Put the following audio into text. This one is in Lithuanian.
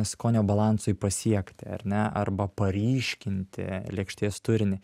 skonio balansui pasiekti ar ne arba paryškinti lėkštės turinį